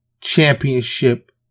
championship